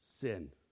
sin